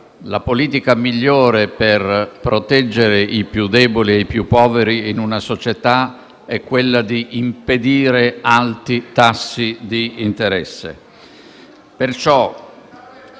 la politica migliore per proteggere i più deboli e i più poveri in una società è quella di impedire alti tassi di interesse.